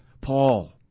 Paul